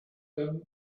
them